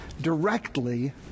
directly